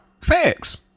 Facts